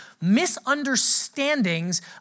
misunderstandings